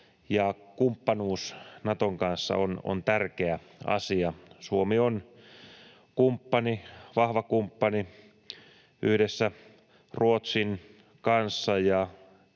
kumppanuus Naton kanssa on tärkeä asia. Suomi on kumppani, vahva kumppani yhdessä Ruotsin kanssa,